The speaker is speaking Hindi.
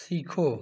सीखो